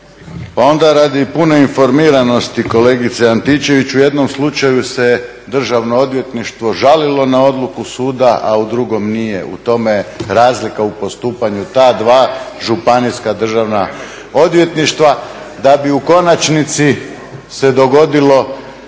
Onda radi pune informiranosti kolegice Antičević u jednom slučaju se državno odvjetništvo žalilo na odluku suda a u drugom nije. U tom je razlika u postupanja ta dva Županijska državna odvjetništva, da bi u konačnici se dogodilo